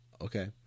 Okay